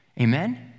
Amen